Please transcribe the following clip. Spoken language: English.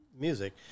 music